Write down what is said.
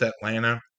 Atlanta